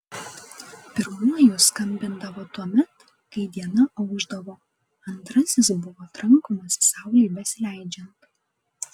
pirmuoju skambindavo tuomet kai diena aušdavo antrasis buvo trankomas saulei besileidžiant